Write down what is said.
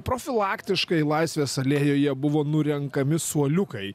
profilaktiškai laisvės alėjoje buvo nurenkami suoliukai